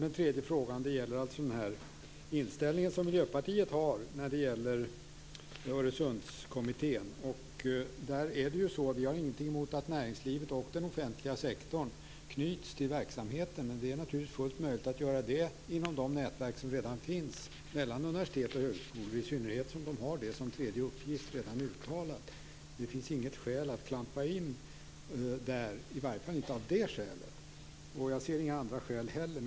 Den tredje frågan gäller den inställning Miljöpartiet har till Öresundskommittén. Vi har ingenting mot att näringslivet och den offentliga sektorn knyts till verksamheten. Det är naturligtvis fullt möjligt att göra det genom de nätverk som redan finns mellan universitet och högskolor, i synnerhet som de har det uttalat som en tredje uppgift. Det finns inget skäl att klampa in, i varje fall inte av det skälet. Jag ser inga andra skäl heller.